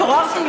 התעוררתי,